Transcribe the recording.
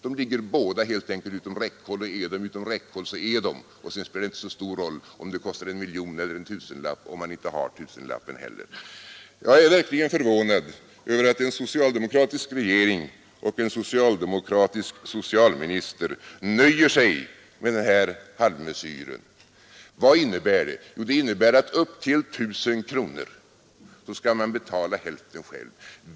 De ligger helt enkelt utom räckhåll. Sedan spelar det inte så stor roll om det kostar en miljon eller en tusenlapp om man inte har tusenlappen heller. Jag är verkligen förvånad över att en socialdemokratisk regering och en socialdemokratisk socialminister nöjer sig med den här halvmesyren. Vad innebär den? Jo, den innebär att upp till I 000 kronor skall man betala hälften själv.